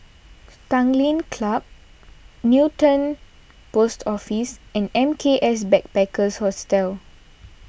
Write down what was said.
Tanglin Club Newton Post Office and M K S Backpackers Hostel